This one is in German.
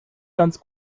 ganz